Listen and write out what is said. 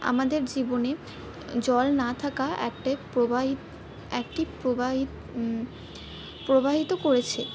আমাদের জীবনে জলনা থাকা একটি প্রবাহি একটি প্রবাহি প্রভাবিত করেছে